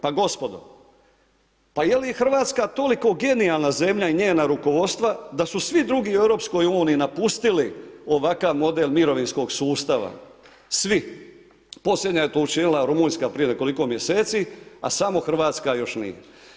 Pa gospodo, pa jeli Hrvatska toliko genijalna zemlja i njena rukovodstva da su svi drugi u EU napustili ovakav model mirovinskog sustava, svi? posljednja je to učinila Rumunjska prije nekoliko mjeseci, a samo Hrvatska još nije.